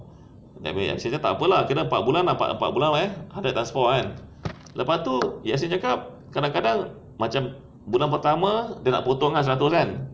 actually takpe lah empat bulan dapat berapa eh hundred times four kan lepas tu yasin cakap kadang-kadang macam bulan pertama dia dah potong kan seratus kan